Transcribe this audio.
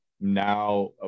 Now